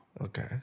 Okay